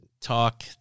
talk